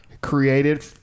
Created